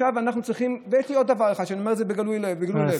יש לי עוד דבר אחד, שאני אומר בגילוי לב.